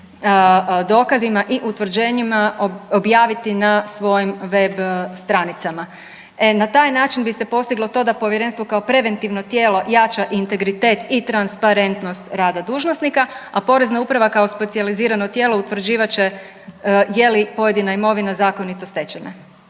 dokazima i utvrđenjima objaviti na svojim web stranicama. Na taj način bi se postiglo to da povjerenstvo kao preventivno tijelo jača integritet i transparentnost rada dužnosnika, a porezna uprava kao specijalizirano tijelo utvrđivat će je li pojedina imovina zakonito stečena.